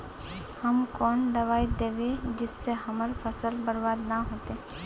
हम कौन दबाइ दैबे जिससे हमर फसल बर्बाद न होते?